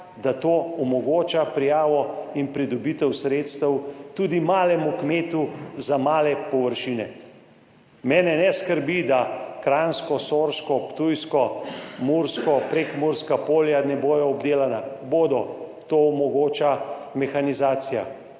da to omogoča prijavo in pridobitev sredstev tudi malemu kmetu za male površine. Mene ne skrbi, da kranjsko, sorško, ptujsko, mursko, prekmurska polja ne bodo obdelana. Bodo. To omogoča mehanizacija.